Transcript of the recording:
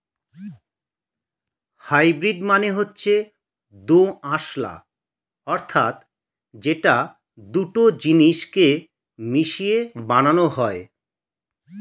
hybrid মানে হচ্ছে দোআঁশলা অর্থাৎ যেটা দুটো জিনিস কে মিশিয়ে বানানো হয়